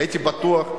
הייתי בטוח,